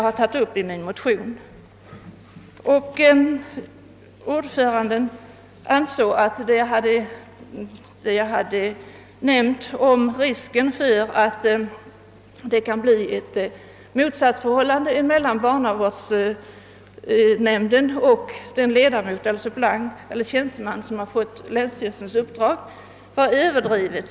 Utskottsordföranden ansåg att vad jag hade anfört om risken för att det kunde uppstå ett motsatsförhållande mellan barnavårdsnämnden och den ledamot, suppleant eller tjänsteman som fått länsstyrelsens uppdrag var överdrivet.